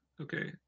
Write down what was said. Okay